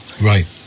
Right